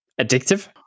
Addictive